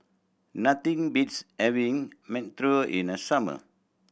nothing beats having mantou in the summer